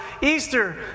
Easter